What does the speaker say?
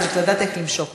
צריך לדעת איך למשוך אותו.